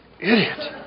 Idiot